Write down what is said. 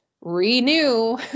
renew